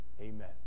amen